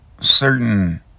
certain